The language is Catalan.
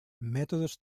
mètodes